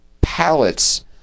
pallets